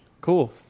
Cool